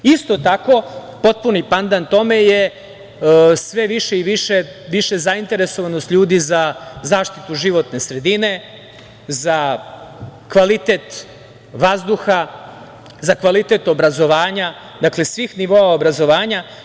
Isto tako, potpuni pandan tome je sve više i više zainteresovanost ljudi za zaštitu životne sredine, za kvalitet vazduha, za kvalitet obrazovanja, dakle svih nivoa obrazovanja.